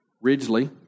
Ridgely